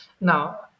Now